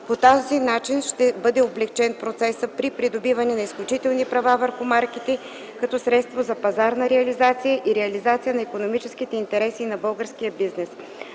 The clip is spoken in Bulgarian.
По този начин ще бъде облекчен процесът при придобиване на изключителни права върху марките като средство за пазарна реализация и реализация на икономическите интереси на българския бизнес.